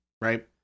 right